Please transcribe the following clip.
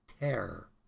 terror